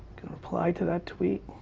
gonna reply to that tweet.